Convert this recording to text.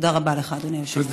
תודה רבה לך, אדוני היושב-ראש.